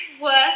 worst